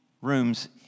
rooms